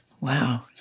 Wow